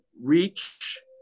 reach